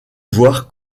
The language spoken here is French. voir